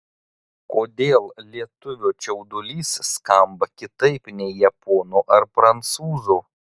kodėl lietuvio čiaudulys skamba kitaip nei japono ar prancūzo